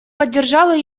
поддержала